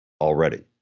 already